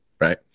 Right